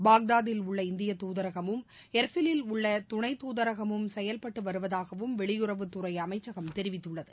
பாக்தாதில் உள்ள இந்தியத் தூதரகமும் எர்பிலில் உள்ளதுணைத் தூதரகமும் செயல்பட்டுவருவதாகவும் வெளியுறவுத்துறைஅமைச்சகம் தெரிவித்துள்ளது